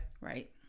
right